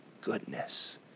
goodness